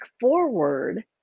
forward